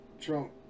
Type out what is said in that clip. trump